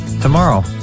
tomorrow